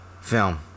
film